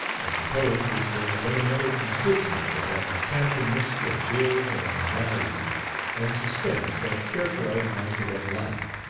i suppose this was but another constituent of that mechanical mixture of ills and anxieties and suspense that characterized my cadet life.